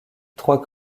trois